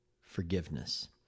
Forgiveness